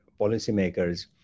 policymakers